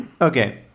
Okay